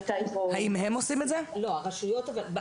הדר,